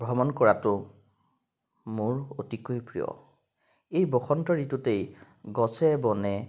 ভ্ৰমণ কৰাটো মোৰ অতিকৈ প্ৰিয় এই বসন্ত ঋতুতেই গছে বনে